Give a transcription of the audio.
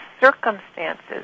circumstances